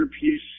piece